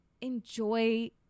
Enjoy